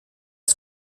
ist